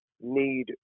need